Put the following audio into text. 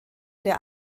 der